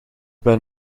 ben